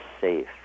safe